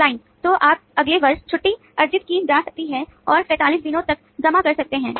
मुवक्किल तो अगले वर्ष छुट्टी अर्जित की जा सकती है और 45 दिनों तक जमा कर सकते हैं